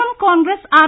M Congress R